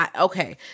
okay